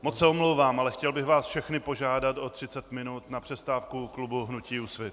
Moc se omlouvám, ale chtěl bych vás všechny požádat o 30 mininut na přestávku hnutí Úsvit.